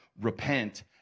repent